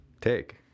take